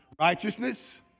Righteousness